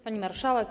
Pani Marszałek!